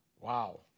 Wow